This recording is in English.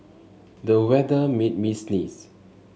the weather made me sneeze